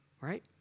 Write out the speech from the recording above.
right